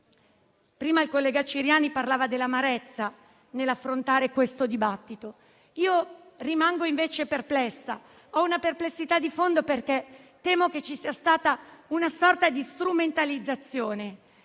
Prima il collega Ciriani parlava dell'amarezza nell'affrontare questo dibattito. Io rimango invece perplessa; ho una perplessità di fondo, perché temo che ci sia stata una sorta di strumentalizzazione,